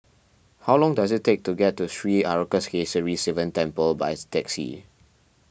how long does it take to get to Sri Arasakesari Sivan Temple by taxi